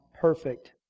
perfect